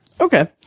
okay